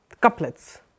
couplets